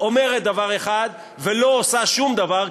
אומרת דבר אחד ולא עושה שום דבר,